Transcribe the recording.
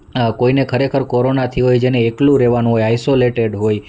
કોઈને ખરેખર કોરોના થયો હોય જેને એકલું રહેવાનું હોય આઇસોલેટેડ હોય